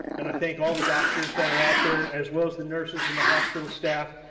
and i thank all the doctors that are out there, as well as the nurses and the hospital staff.